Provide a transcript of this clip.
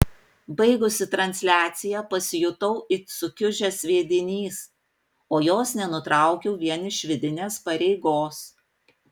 baigusi transliaciją pasijutau it sukiužęs sviedinys o jos nenutraukiau vien iš vidinės pareigos